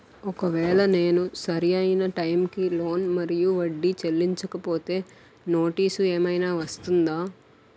ఒకవేళ నేను సరి అయినా టైం కి లోన్ మరియు వడ్డీ చెల్లించకపోతే నోటీసు ఏమైనా వస్తుందా?